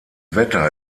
wetter